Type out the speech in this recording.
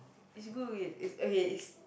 it's good it it okay is